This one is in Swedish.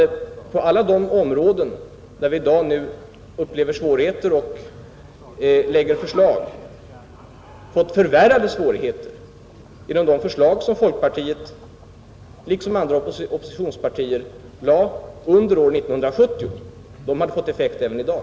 På alla de områden där vi nu upplever svårigheter hade besvärligheterna blivit förvärrade, om de förslag hade antagits som folkpartiet liksom andra oppositionspartier framlade under år 1970. De hade fått effekt även i dag.